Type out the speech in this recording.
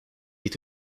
est